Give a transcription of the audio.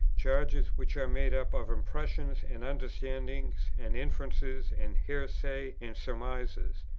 charges, which are made up of impressions, and understandings, and inferences, and hearsay, and surmises.